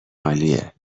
عالیه